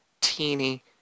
teeny